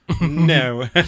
No